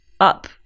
up